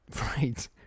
Right